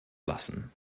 lassen